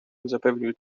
zapewnił